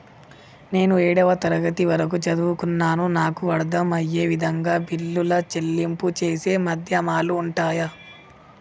నేను ఏడవ తరగతి వరకు చదువుకున్నాను నాకు అర్దం అయ్యే విధంగా బిల్లుల చెల్లింపు చేసే మాధ్యమాలు ఉంటయా?